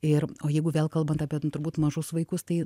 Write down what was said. ir o jeigu vėl kalbant apie turbūt mažus vaikus tai